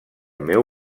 meu